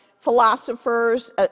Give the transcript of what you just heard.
philosophers